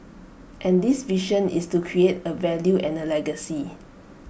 and this vision is to create A value and A legacy